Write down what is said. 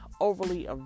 overly